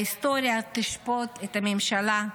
ההיסטוריה תשפוט את הממשלה,